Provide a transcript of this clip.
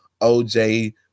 OJ